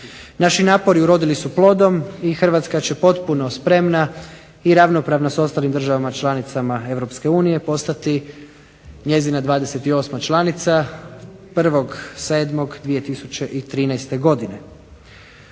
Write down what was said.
Naši napori urodili su plodom i Hrvatska će potpuno spremna i ravnopravna s ostalim članicama Europske unije postati njezina 28. članica 1. 7. 2013. godine.